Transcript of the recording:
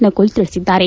ನಕುಲ್ ತಿಳಿಸಿದ್ದಾರೆ